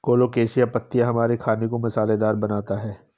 colocasia पत्तियां हमारे खाने को मसालेदार बनाता है